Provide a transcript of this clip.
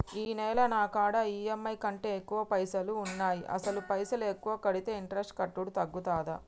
ఈ నెల నా కాడా ఈ.ఎమ్.ఐ కంటే ఎక్కువ పైసల్ ఉన్నాయి అసలు పైసల్ ఎక్కువ కడితే ఇంట్రెస్ట్ కట్టుడు తగ్గుతదా?